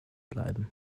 bleiben